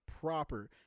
proper